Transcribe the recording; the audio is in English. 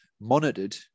monitored